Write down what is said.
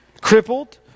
crippled